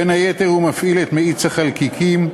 בין היתר הוא מפעיל את מאיץ החלקיקים,